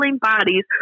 bodies